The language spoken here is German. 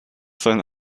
sein